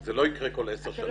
זה לא יקרה כל עשר שנים.